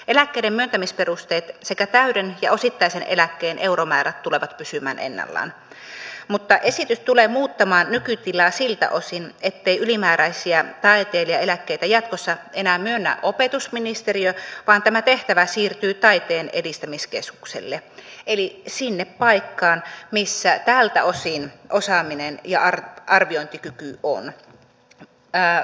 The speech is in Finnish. eläkkeiden myöntämisperusteet sekä täyden ja osittaisen eläkkeen euromäärät tulevat pysymään ennallaan mutta esitys tulee muuttamaan nykytilaa siltä osin ettei ylimääräisiä taiteilijaeläkkeitä jatkossa enää myönnä opetusministeriö vaan tämä tehtävä siirtyy taiteen edistämiskeskukselle eli sinne paikkaan missä tältä osin osaaminen ja arviointikyky on